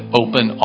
open